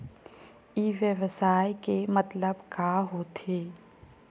ई व्यवसाय के मतलब का होथे?